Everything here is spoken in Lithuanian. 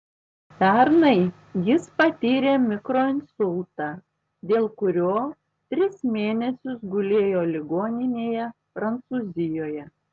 pernai jis patyrė mikroinsultą dėl kurio tris mėnesius gulėjo ligoninėje prancūzijoje